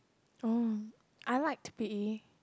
oh I liked P_E